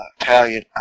Italian